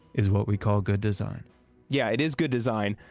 is what we call good design yeah it is good design,